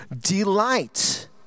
Delight